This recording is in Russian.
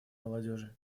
молодежи